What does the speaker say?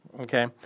okay